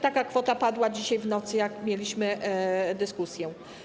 Taka kwota padała dzisiaj w nocy, jak mieliśmy dyskusję.